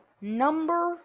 Number